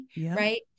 right